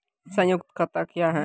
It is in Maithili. संयुक्त खाता क्या हैं?